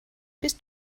bist